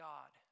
God